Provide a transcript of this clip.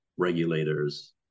regulators